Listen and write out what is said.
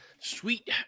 Sweet